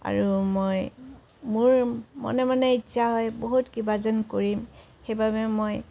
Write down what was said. আৰু মই মোৰ মনে মনে ইচ্ছা হয় বহুত কিবা যেন কৰিম সেইবাবে মই